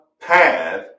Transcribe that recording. path